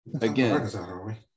Again